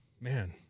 man